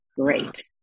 Great